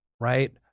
right